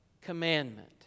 commandment